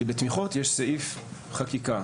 כי בתמיכות יש סעיף חקיקה